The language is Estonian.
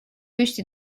püsti